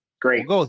Great